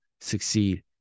succeed